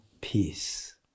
peace